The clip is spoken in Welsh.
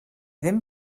ddim